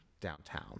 downtown